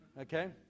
Okay